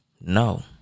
no